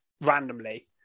randomly